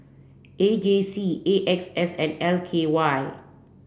A J C A X S and L K Y